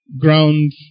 ground